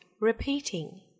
repeating